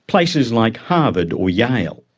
places like harvard or yale.